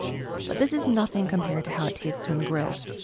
so but this is nothing compared to how it tastes when grilled,